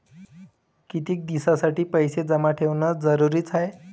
कितीक दिसासाठी पैसे जमा ठेवणं जरुरीच हाय?